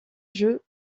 jeux